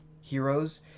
heroes